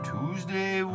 Tuesday